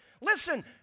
Listen